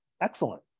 excellent